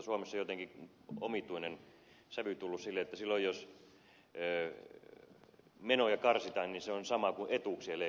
suomessa on jotenkin omituinen sävy tullut sille että silloin jos menoja karsitaan niin se on sama kuin etuuksien leikkaus